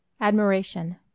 Admiration